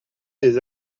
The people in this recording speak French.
les